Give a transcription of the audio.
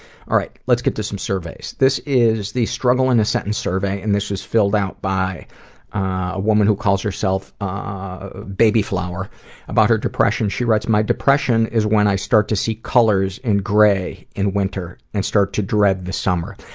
alright, let's get to some surveys. this is the struggle in a sentence survey, and this was filled out by a woman who calls herself ah baby flower about her depression. baby flower my depression is when i start to see colours and grey, in winter, and start to dread the summer.